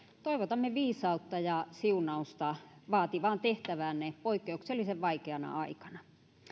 toivotamme viisautta ja siunausta vaativaan tehtäväänne poikkeuksellisen vaikeana aikana